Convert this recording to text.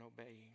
obeying